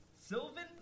Sylvan